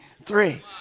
Three